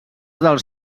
dels